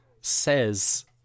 says